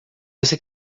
você